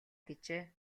гэжээ